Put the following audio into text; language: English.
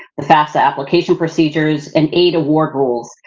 the fafsa application procedures, and aid award rules.